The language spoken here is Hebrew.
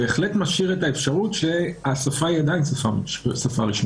בהחלט משאיר את האפשרות שהשפה היא עדיין שפה רשמית